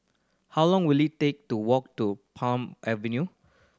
how long will it take to walk to Palm Avenue